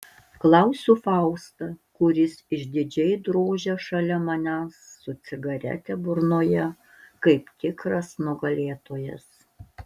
klausiu faustą kuris išdidžiai drožia šalia manęs su cigarete burnoje kaip tikras nugalėtojas